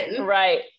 right